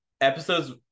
episodes